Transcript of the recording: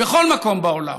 בכל מקום בעולם.